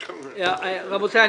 רבותיי,